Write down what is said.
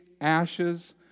ashes